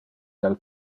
del